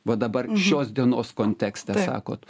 va dabar šios dienos kontekste sakot